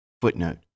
Footnote